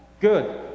good